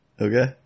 Okay